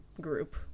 group